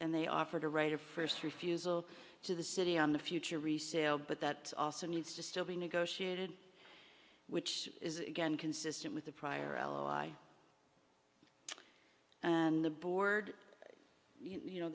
and they offer to write or first refusal to the city on the future resale but that also needs to still be negotiated which is again consistent with the prior l o l i and the board you know